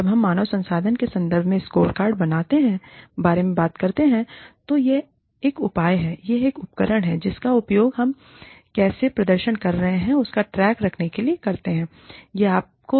जब हम मानव संसाधन के संदर्भ में स्कोरकार्ड के बारे में बात करते हैं तो यह एक उपाय है यह एक उपकरण है जिसका उपयोग हम कैसे प्रदर्शन कर रहे हैं इसका ट्रैक रखने के लिए करते हैं